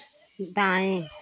दाएँ